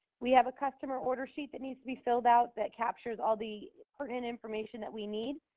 we have a customer order sheet that needs to be filled out that captures all the pertinent information that we need.